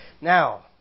Now